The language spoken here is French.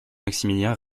maximilien